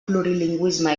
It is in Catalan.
plurilingüisme